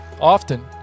Often